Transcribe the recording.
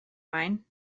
mine